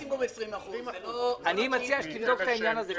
אני מציע שתבדוק את העניין הזה.